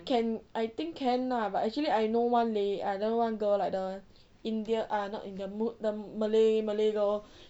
can I think can lah but actually I know one lad~ I know one girl like the india ah not india the mus~ the malay malay girl